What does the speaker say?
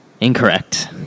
Incorrect